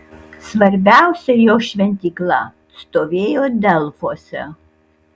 svarbiausia jo šventykla stovėjo delfuose